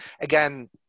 again